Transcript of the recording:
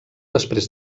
després